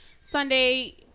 Sunday